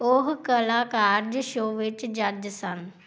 ਉਹ ਕਲਾਕਾਰਜ਼ ਸ਼ੋਅ ਵਿੱਚ ਜੱਜ ਸਨ